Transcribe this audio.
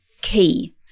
key